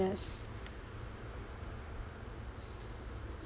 yes